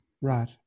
right